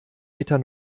meter